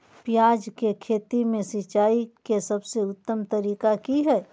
प्याज के खेती में सिंचाई के सबसे उत्तम तरीका की है?